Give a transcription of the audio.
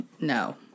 No